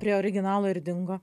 prie originalo ir dingo